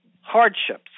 hardships